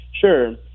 Sure